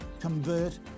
convert